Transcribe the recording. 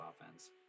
offense